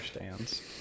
understands